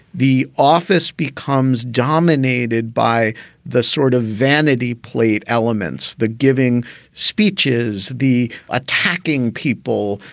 the office becomes dominated by the sort of vanity plate elements, the giving speeches, the attacking people,